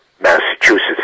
Massachusetts